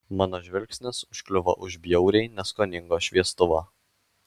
mano žvilgsnis užkliuvo už bjauriai neskoningo šviestuvo